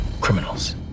Criminals